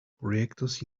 proyectos